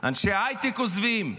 אנשי הייטק עוזבים,